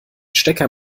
stecker